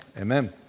amen